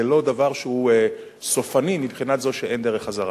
זה לא דבר שהוא סופני מבחינה זו שאין דרך חזרה.